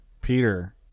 Peter